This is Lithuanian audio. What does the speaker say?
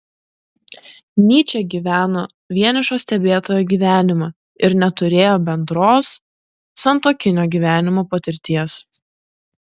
nyčė gyveno vienišo stebėtojo gyvenimą ir neturėjo bendros santuokinio gyvenimo patirties